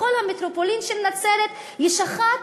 בכל המטרופולין של נצרת יש אחת,